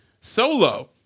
solo